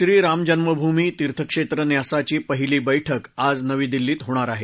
श्रीरामजन्मभूमी तीर्थक्षेत्र न्यासाची पहिली बैठक आज नवी दिल्लीत होणार आहे